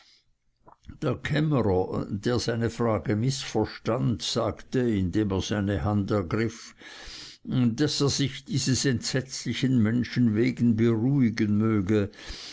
der kämmerer der seine frage mißverstand sagte indem er seine hand ergriff daß er sich dieses entsetzlichen menschen wegen beruhigen möchte